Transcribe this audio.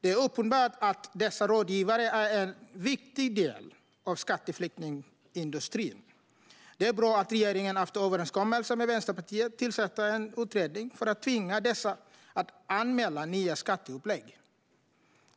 Det är uppenbart att dessa rådgivare är en viktig del av skatteflyktsindustrin. Det är bra att regeringen har överenskommit med Vänsterpartiet om att tillsätta en utredning för att tvinga dessa att anmäla nya skatteupplägg.